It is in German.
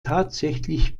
tatsächlich